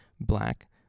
black